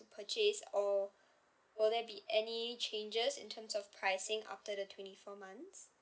purchase or will there be any changes in terms of pricing after the twenty four months